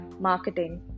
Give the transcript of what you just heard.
marketing